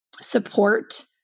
support